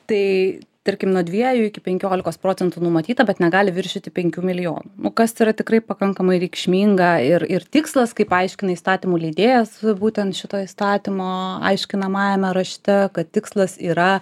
tai tarkim nuo dviejų iki penkiolikos procentų numatyta bet negali viršyti penkių milijonų nu kas yra tikrai pakankamai reikšminga ir ir tikslas kaip aiškina įstatymų leidėjas būtent šito įstatymo aiškinamajame rašte kad tikslas yra